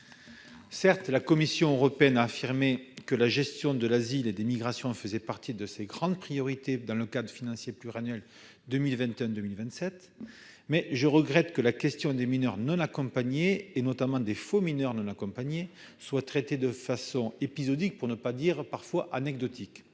Certes, la Commission européenne a affirmé que la gestion de l'asile et des migrations faisait partie de ses grandes priorités dans le cadre financier pluriannuel 2021-2027, mais je regrette que la question des mineurs non accompagnés et, notamment, des « faux mineurs » non accompagnés soit traitée de façon épisodique, pour ne pas dire parfois anecdotique.